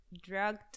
drugged